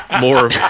more